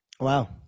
Wow